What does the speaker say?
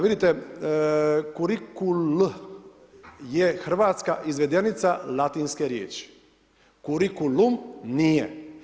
Vidite kurikul je hrvatska izvedenica latinske riječi, kurikulum nije.